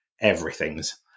everythings